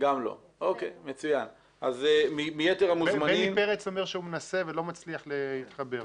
בני פרץ אומר שהוא מנסה ולא מצליח להתחבר.